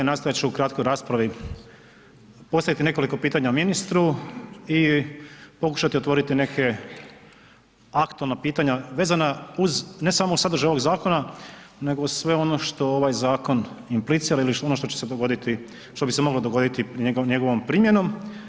Nastojat ću u kratkoj raspravi postaviti nekoliko pitanja ministru i pokušati otvoriti neke aktualna pitanja vezana uz ne samo sadržaj ovog zakona nego sve ono što ovaj zakon implicira ili ono što bi se moglo dogoditi njegovom primjenom.